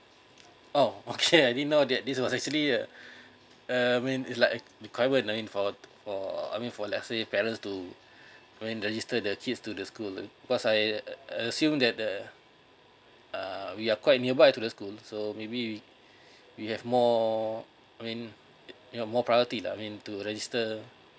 oh okay I didn't know that this was actually uh I mean is like the requirement for for I mean for let's say parents to joint when register the kids to the school uh because I I assume that uh we are quite nearby to the school so maybe we we have more I mean you know more priority lah I mean to register